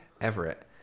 Everett